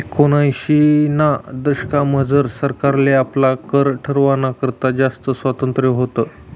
एकोनिसशेना दशकमझार सरकारले आपला कर ठरावाना करता जास्त स्वातंत्र्य व्हतं